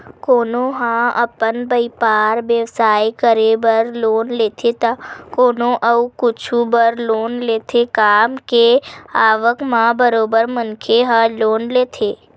कोनो ह अपन बइपार बेवसाय करे बर लोन लेथे त कोनो अउ कुछु बर लोन लेथे काम के आवक म बरोबर मनखे ह लोन लेथे